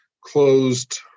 closed